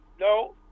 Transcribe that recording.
no